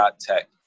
Tech